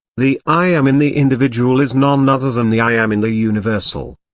the i am in the individual is none other than the i am in the universal.